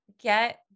get